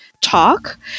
talk